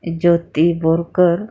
Jyoti Borkar